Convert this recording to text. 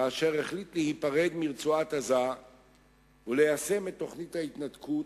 אשר החליט להיפרד מרצועת-עזה וליישם את תוכנית ההתנתקות,